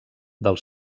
del